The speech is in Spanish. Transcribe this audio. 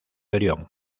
orión